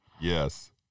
Yes